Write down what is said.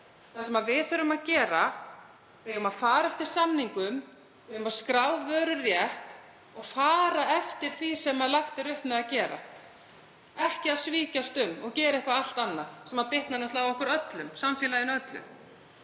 Það sem við þurfum að gera er að fara eftir samningum. Við eigum að skrá vöru rétt og fara eftir því sem lagt er upp með að gera. Ekki að svíkjast um og gera eitthvað allt annað sem bitnar náttúrlega á okkur öllum, samfélaginu öllu.